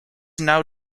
now